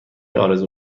آرزو